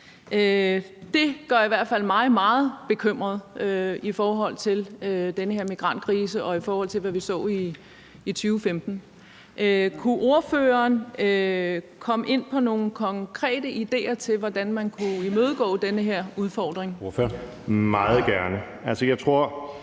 det gør i hvert fald mig meget bekymret i forhold til den her migrantkrise, og i forhold til hvad vi så i 2015. Kunne ordføreren komme ind på nogle konkrete idéer til, hvordan man kunne imødegå den her udfordring? Kl.